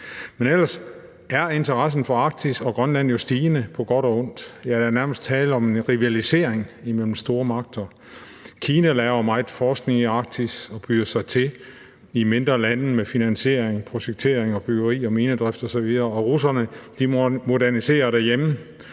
Ellers er interessen for Arktis og Grønland jo stigende på godt og ondt. Der er nærmest tale om en rivalisering imellem stormagterne. Kina laver meget forskning i Arktis og byder sig til over for de mindre lande med finansiering, projektering, byggeri og minedrift osv., og russerne moderniserer derhjemme,